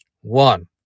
One